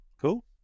Cool